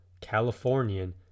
Californian